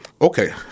Okay